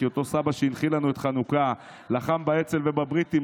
כי אותו סבא שהנחיל לנו את חנוכה ולחם באצ"ל ובבריטים,